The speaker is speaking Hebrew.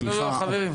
סליחה,